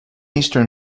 eastern